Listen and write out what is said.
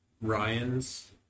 Ryan's